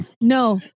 No